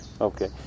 Okay